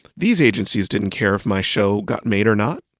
these agencies didn't care if my show got made or not.